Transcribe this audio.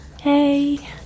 Hey